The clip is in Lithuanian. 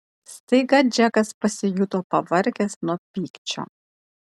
staiga džekas pasijuto pavargęs nuo pykčio